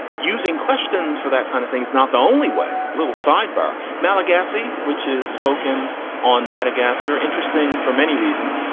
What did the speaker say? using questions for that kind of thing is not the only way. little sidebar malagasy, which is spoken on madagascar. interesting for many reasons.